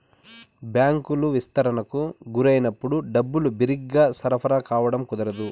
బ్యాంకులు విస్తరణకు గురైనప్పుడు డబ్బులు బిరిగ్గా సరఫరా కావడం కుదరదు